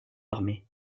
armée